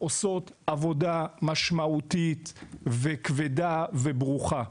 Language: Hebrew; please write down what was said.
עושות עבודה משמעותית וכבדה וברוכה.